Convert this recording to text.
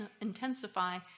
intensify